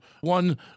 one